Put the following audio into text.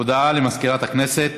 הודעה למזכירת הכנסת.